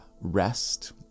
Rest